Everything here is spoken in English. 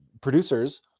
producers